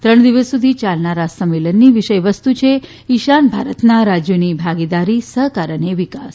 ત્રણ દિવસ સુધી ચાલનારા આ સંમેલનની વિષય વસ્તુ છે ઈશાન ભારતના રાજ્યોની ભાગીદારી સહકાર અને વિકાસ